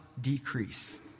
decrease